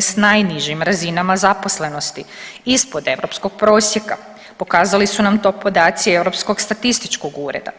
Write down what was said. s najnižim razinama zaposlenosti ispod europskog prosjeka, pokazali su nam to podaci Europskog statističkog ureda.